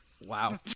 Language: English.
Wow